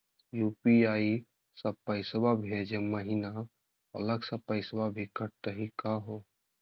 UPI स पैसवा भेजै महिना अलग स पैसवा भी कटतही का हो?